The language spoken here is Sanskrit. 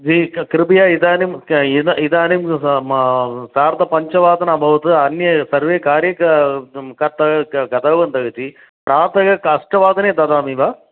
जी कृपया इदानीम् इद इदानीं सार्धपञ्चवादनमभवत् अन्ये सर्वे कार्ये कर्तव्य गतवन्तः जी प्रातः अष्टवादने ददामि वा